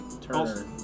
Turner